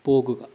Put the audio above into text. പോകുക